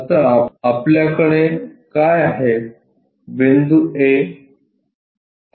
आता आपल्याकडे काय आहे बिंदू A